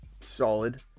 Solid